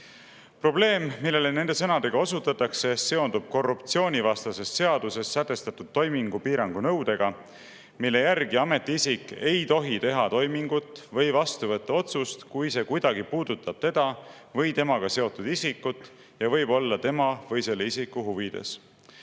Probleem, millele nende sõnadega osutatakse, seondub korruptsioonivastases seaduses sätestatud toimingupiirangu nõudega, mille järgi ametiisik ei tohi teha toimingut või vastu võtta otsust, kui see kuidagi puudutab teda või temaga seotud isikut ja võib olla tema või selle isiku huvides.